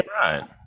right